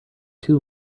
two